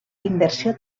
inversió